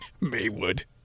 Maywood